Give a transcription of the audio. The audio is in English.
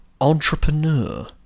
entrepreneur